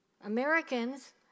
Americans